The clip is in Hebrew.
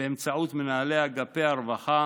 באמצעות מנהלי אגפי הרווחה,